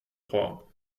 trois